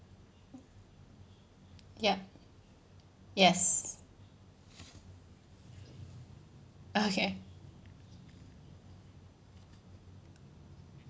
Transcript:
yup yes okay